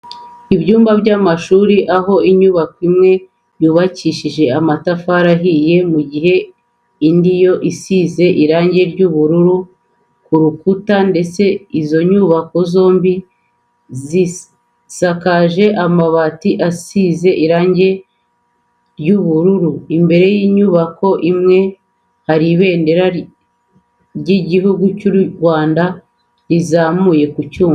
Ibyumba by'amashuri aho inyubako imwe yubakishije amatafari ahiye mu gihe indi yo isize irange ry'umweru ku nkuta ndetse izo nyubako zombi zisakaje amabati asize airange ry'ubururu. Imbere y'inyubako imwe hari ibendera ry'igihugu cy'u Rwanda rizamuye ku cyuma.